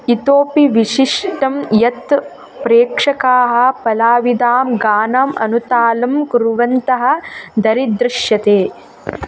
इतोपि विशिष्टं यत् प्रेक्षकाः पलाविदां गानम् अनुतालं कुर्वन्तः दरिदृश्यते